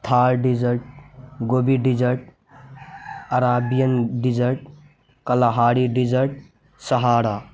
Thar desert Gobi desert Arabian desert Kalahari desert Sahara